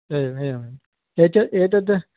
एव एवम् ए च एतद्